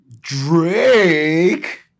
Drake